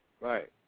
Right